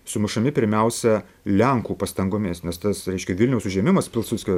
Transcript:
sumušami pirmiausia lenkų pastangomis nes tas reiškia vilniaus užėmimas pilsudskio